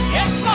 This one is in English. Yes